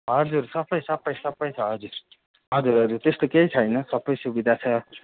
हजुर सबै सबै सबै छ हजुर हजुर हजुर त्यस्तो केही छैन सबै सुविधा छ